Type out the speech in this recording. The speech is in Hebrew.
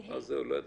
בבקשה.